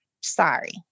sorry